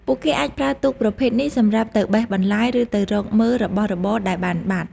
ពួកគេអាចប្រើទូកប្រភេទនេះសម្រាប់ទៅបេះបន្លែ ឬទៅរកមើលរបស់របរដែលបានបាត់។